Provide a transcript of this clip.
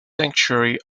sanctuary